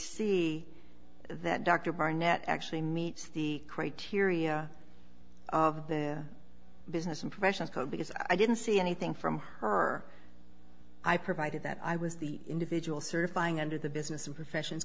see that dr barnett actually meets the criteria of the business impression code because i didn't see anything from her i provided that i was the individual certifying under the business and professions